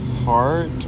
Heart